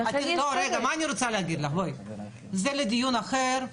מה אני רוצה להגיד לך, בואי, זה לדיון אחר.